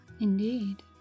Indeed